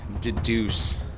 deduce